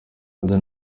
weasal